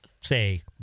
say